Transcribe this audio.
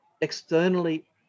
externally